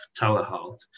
telehealth